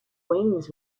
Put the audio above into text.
wings